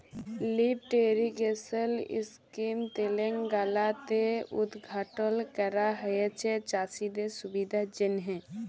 lift irrigation scheme তেলেঙ্গালাতে উদঘাটল ক্যরা হঁয়েছে চাষীদের সুবিধার জ্যনহে